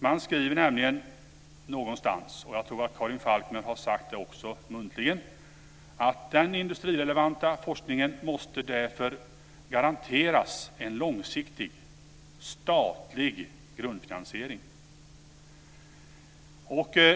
Man skriver nämligen, och jag tror att Karin Falkmer också har sagt det muntligen, att den industrirelevanta forskningen måste garanteras en långsiktig statlig grundfinansiering.